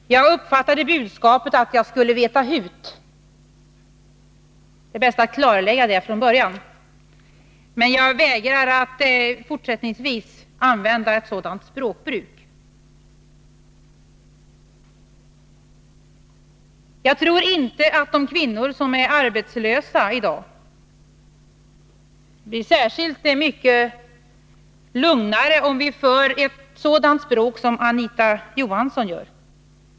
Herr talman! Jag uppfattade budskapet att jag skulle veta hut. Det är bäst att klarlägga detta från början. Men jag vägrar för min del att fortsättningsvis använda ett sådant språk. Jag tror inte att de kvinnor som i dag är arbetslösa blir särskilt mycket lugnare, om vi använder ett språk liknande Anita Johanssons.